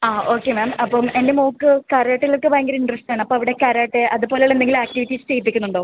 ആ okay ma'am അപ്പം എൻ്റെ മകൾക്ക് കരാട്ടയിലൊക്കെ ഭയങ്കര ഇൻ്ററസ്റ്റാണ് അപ്പോൾ അവിടെ കരാട്ടെ അതുപോലുള്ള എന്തെങ്കിലും ആക്റ്റിവിറ്റീസ് ചെയ്യിപ്പിക്കുന്നുണ്ടോ